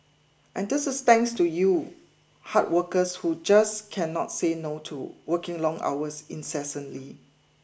and this is thanks to you hard workers who just cannot say no to working long hours incessantly